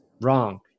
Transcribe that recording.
Wrong